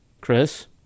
Chris